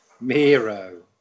Miro